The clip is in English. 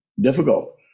difficult